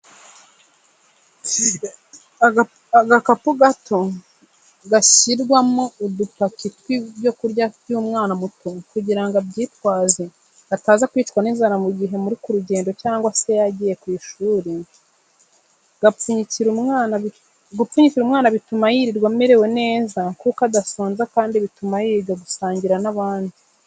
Agakapu gato gashyirwa udupaki tw'ibyo kurya by'umwana muto kugirango abyitwaze ataza kwicwa n'inzara mu gihe muri ku rugendo cyangwa se yagiye ku ishuri, gupfunyikira umwana bituma yirirwa amerewe neza kuko adasonza kandi bituma yiga gusangira n'abandi.